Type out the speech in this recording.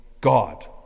God